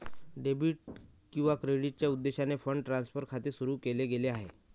debit किंवा क्रेडिटच्या उद्देशाने फंड ट्रान्सफर खाते सुरू केले गेले आहे